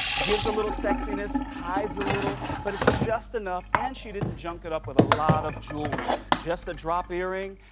gives a little sexiness, hides a little, but it's just enough, and she didn't junk it up with a lot of jewelry. just a drop earring.